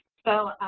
so,